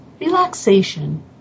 Relaxation